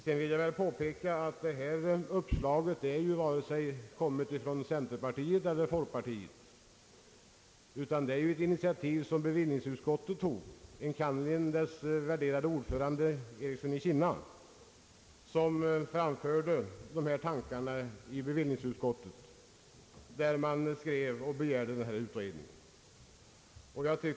Jag vill påpeka att detta uppslag varken kommit från centerpartiet eller folkpartiet utan är ett initiativ från bevillningsutskottet, enkannerligen dess värderade ordförande herr Ericsson i Kinna, som skrev och begärde denna utredning.